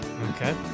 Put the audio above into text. Okay